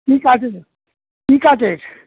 কী কাঠের কী কাঠের